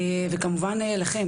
וכמובן לכם,